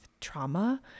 trauma